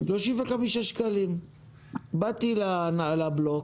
באתי לבלוק,